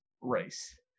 race